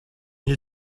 you